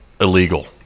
illegal